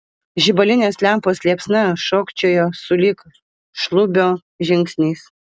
žibalinės lempos liepsna šokčiojo sulig šlubio žingsniais